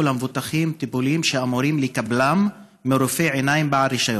למבוטחים טיפולים שהם אמורים לקבלם מרופא עיניים בעל רישיון,